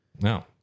No